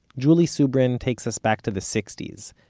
julie subrin takes us back to the sixties,